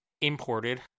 imported